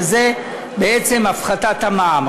וזו בעצם הפחתת המע"מ.